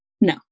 no